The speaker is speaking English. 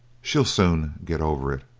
she'll soon get over it,